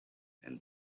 and